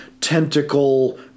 Tentacle